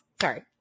Sorry